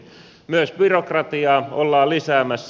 myös byrokratiaa ollaan lisäämässä